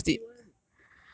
they copy [one]